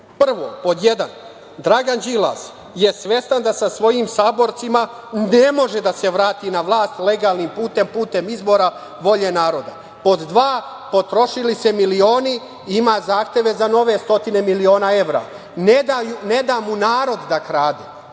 i pod jedan, Dragan Đilas je svestan da sa svojim saborcima ne može da se vrati na vlast legalnim putem, putem izbora, volje naroda. Pod dva, potrošili se milioni. Ima zahteve za nove stotine miliona evra. Ne da mu narod da krade.